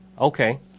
Okay